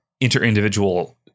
inter-individual